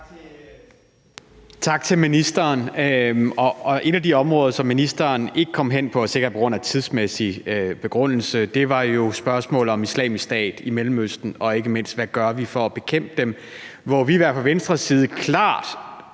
Tak til ministeren. Et af de områder, som ministeren ikke kom ind på – sikkert på grund af tidsmæssig begrænsning – var jo spørgsmålet om Islamisk Stat i Mellemøsten og ikke mindst, hvad vi gør for at bekæmpe dem. Fra Venstres side